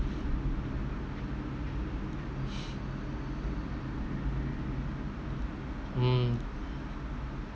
mm